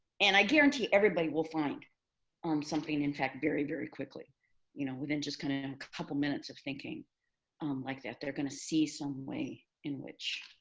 and i guarantee everybody will find um something. in fact, very, very quickly you know within just kind of a couple minutes of thinking um like that, they're going to see some way in which